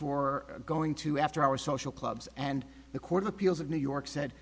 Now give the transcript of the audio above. for going to after our social clubs and the court of appeals of new york said